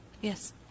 Yes